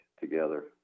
together